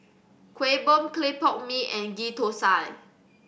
Kuih Bom clay pot mee and Ghee Thosai